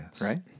Right